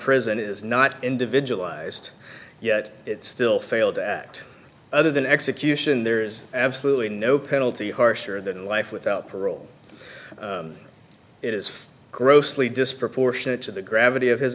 prison is not individualized yet it still failed to act other than execution there is absolutely no penalty harsher than life without parole it is grossly disproportionate to the gravity of his